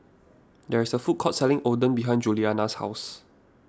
there is a food court selling Oden behind Julianna's house